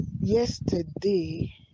Yesterday